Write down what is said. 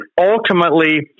ultimately